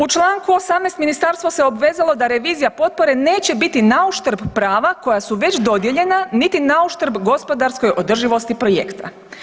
U Članku 18. ministarstvo se obvezalo da revizija potpore neće biti nauštrb prava koja su već dodijeljena niti nauštrb gospodarskoj održivosti projekta.